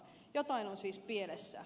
jotain on siis pielessä